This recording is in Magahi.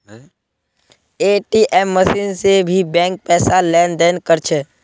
ए.टी.एम मशीन से भी बैंक पैसार लेन देन कर छे